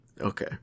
Okay